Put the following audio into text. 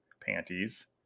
panties